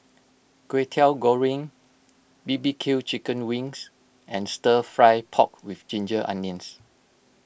Kwetiau Goreng B B Q Chicken Wings and Stir Fry Pork with Ginger Onions